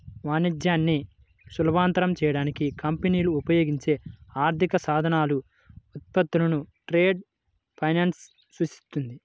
వాణిజ్యాన్ని సులభతరం చేయడానికి కంపెనీలు ఉపయోగించే ఆర్థిక సాధనాలు, ఉత్పత్తులను ట్రేడ్ ఫైనాన్స్ సూచిస్తుంది